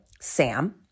Sam